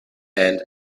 and